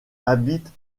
habitent